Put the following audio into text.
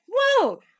whoa